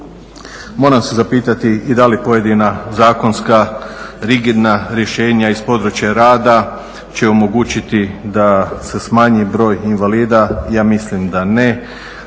Moram se zapitati i da li pojedina zakonska rigidna rješenja iz područja rada će omogućiti da se smanji broj invalida. Ja mislim da ne,